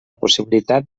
possibilitat